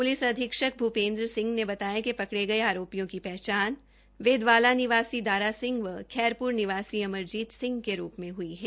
police अधीक्षक भूपेन्द्र सिंह ने बताया कि पकड़े गए आरोपियों की पहचान वैदवाला निवासी दारा सिंह व खैरपुर निवासी अमरजीत सिंह के रूप में हुई है